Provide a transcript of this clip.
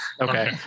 Okay